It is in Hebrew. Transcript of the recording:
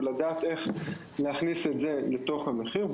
ולדעת איך להכניס את זה לתוך המחיר,